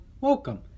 welcome